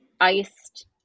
iced